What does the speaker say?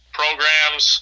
programs